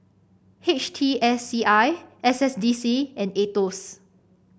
H T S C I S S D C and Aetos